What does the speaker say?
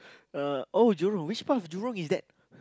uh oh jurong which part of jurong is that